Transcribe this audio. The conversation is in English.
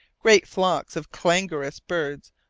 great flocks of clangorous birds,